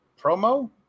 promo